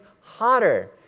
hotter